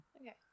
Okay